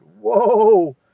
Whoa